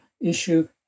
issue